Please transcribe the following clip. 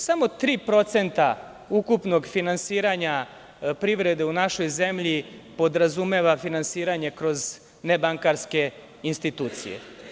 Samo 3% ukupnog finansiranja privrede u našoj zemlji podrazumeva finansiranje kroz nebankarske institucije.